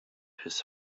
his